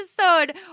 episode